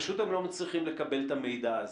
פשוט הם לא מצליחים לקבל את המידע הזה.